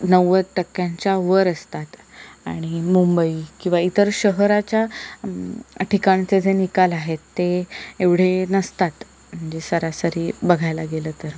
नव्वद टक्क्यांच्या वर असतात आणि मुंबई किंवा इतर शहराच्या ठिकाणचे जे निकाल आहेत ते एवढे नसतात म्हणजे सरासरी बघायला गेलं तर